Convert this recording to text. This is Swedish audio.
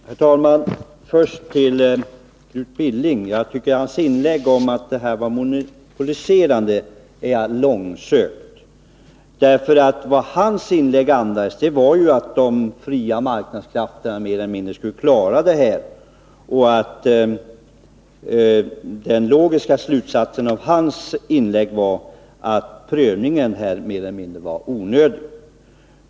Herr talman! Först till Knut Billing: Jag tycker att hans inlägg om att detta var monopoliserande är långsökt, därför att hans inlägg andas att de fria marknadskrafterna skulle klara detta. Den logiska slutsatsen av hans inlägg var att prövningen här var mer eller mindre onödig.